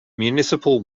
municipal